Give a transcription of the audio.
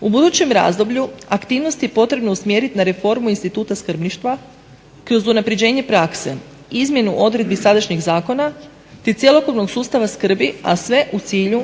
U budućem razdoblju aktivnost je potrebno usmjeriti na reformu instituta skrbništva kroz unapređenje prakse i izmjene odredbi sadašnjeg zakona te cjelokupnog sustava skrbi, a sve u cilju